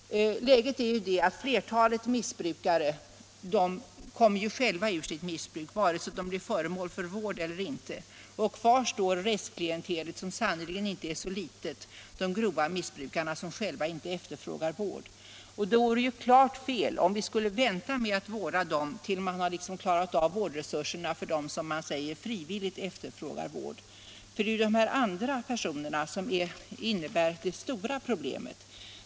Läget är ju det att flertalet missbrukare själva kommer ur sitt missbruk, vare sig de blir föremål för vård eller inte. Kvar står rättsklientelet, som sannerligen inte är så litet, de grova missbrukarna som själva inte efterfrågar vård. Då vore det ju helt fel om vi skulle vänta med att vårda dem tills man har klarat av vårdresurserna för dem som frivilligt efterfrågar vård. Det är ju de andra personerna som innebär det stora problemet.